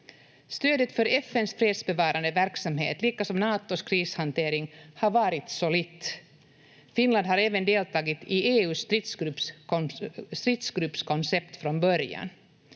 Stödet för FN:s fredsbevarande verksamhet liksom Natos krishantering har varit solitt. Finland har även deltagit i EU:s stridsgruppskoncept från början.